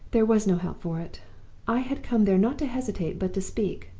there was no help for it i had come there not to hesitate, but to speak.